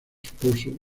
esposo